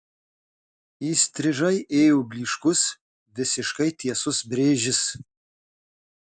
įstrižai ėjo blyškus visiškai tiesus brėžis